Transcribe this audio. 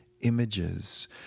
images